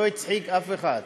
לא הצחיק אף אחד,